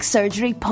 Surgery